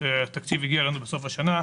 התקציב הגיע לנו בסוף השנה.